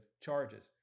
charges